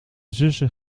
zussen